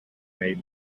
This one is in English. made